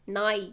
நாய்